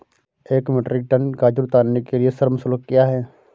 एक metric ton गाजर उतारने के लिए श्रम शुल्क क्या है?